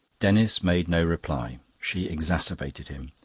denis made no reply she exacerbated him.